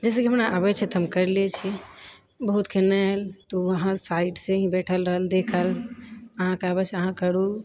जाहिसँ कि हमरा आबैछै तऽहम करि लेइ छी बहुतके नहि आएल तऽ वहाँ साइडसे ही बैठल रहल देखल अहाँकेँ आबैछै अहाँ करु